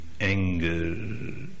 anger